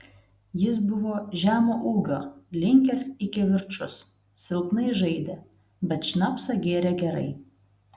jis buvo žemo ūgio linkęs į kivirčus silpnai žaidė bet šnapsą gėrė gerai